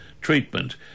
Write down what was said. treatment